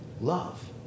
love